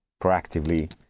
proactively